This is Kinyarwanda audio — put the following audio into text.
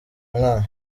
umwana